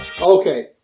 Okay